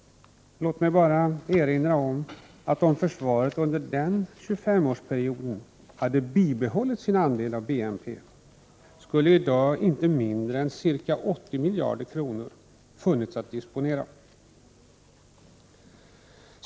Låt mig bara erinra om att om försvaret under denna 25-årsperiod hade bibehållet sin andel av BNP, skulle i dag inte mindre än 80 miljarder kronor mer funnits att disponera.